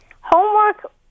homework